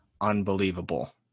unbelievable